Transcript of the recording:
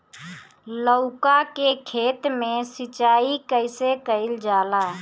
लउका के खेत मे सिचाई कईसे कइल जाला?